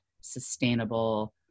sustainable